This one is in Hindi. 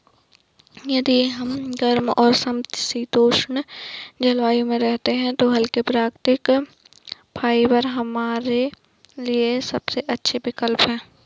यदि हम गर्म और समशीतोष्ण जलवायु में रहते हैं तो हल्के, प्राकृतिक फाइबर हमारे लिए सबसे अच्छे विकल्प हैं